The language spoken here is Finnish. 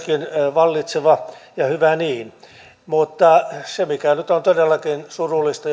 vallitsevaa ja hyvä niin mutta se mikä nyt on todellakin surullista